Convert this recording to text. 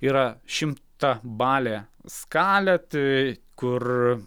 yra šimtabalė skalė tai kur